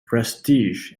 prestige